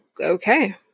Okay